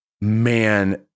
man